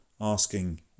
asking